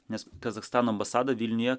nes kazachstano ambasada vilniuje